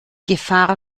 gefahr